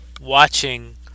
watching